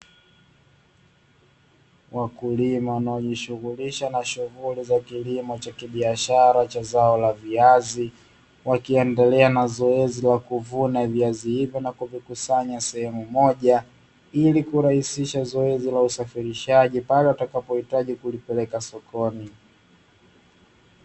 Wakulima wanajihusisha na shughuli za kilimo cha zao la biashara aina ya viazi, wakiendelea na zoezi la kuvuna na kuvikusanya sehemu moja ili kurahisisha zoezi la usafirishaji pale watakapo hitaji kuvipeleka sokoni.